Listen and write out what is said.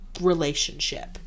relationship